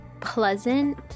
pleasant